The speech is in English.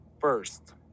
First